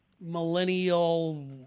Millennial